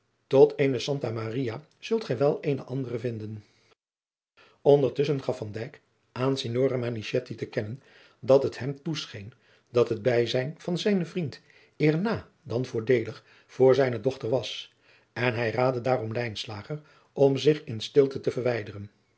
tot eene santa maria zult gij wel eene andere vinden ondertusschen gaf van dijk aan signore manichetti te kennen dat het hem toescheen dat het bijzijn van zijnen vriend eer na dan voordeelig voor zijne dochter was en hij raadde daarom lijnslager om zich in stilte te verwijderen